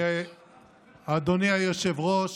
אדוני היושב-ראש,